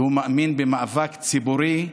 והוא מאמין במאבק ציבורי.